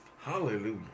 Hallelujah